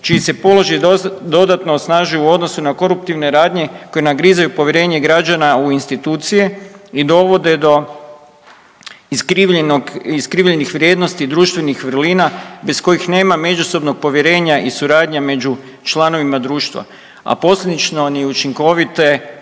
čiji se položaj dodatno osnažuje u odnosu na koruptivne radnje koje nagrizaju povjerenje građana u institucije i dovode do iskrivljenih vrijednosti društvenih vrlina bez kojih nema međusobnog povjerenja i suradnje među članovima društva, a posljedično ni učinkovite